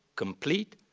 complete,